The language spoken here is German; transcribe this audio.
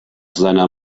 seiner